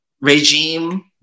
regime